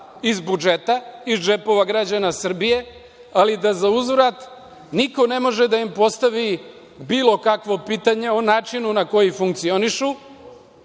iz budžeta, iz džepova građana Srbije, ali da za uzvrat niko ne može da im postavi bilo kakvo pitanje o načinu na koji funkcionišu,